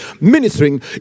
ministering